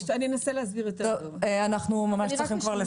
אנסה להסביר יותר טוב --- אנחנו ממש צריכים כבר לסיים.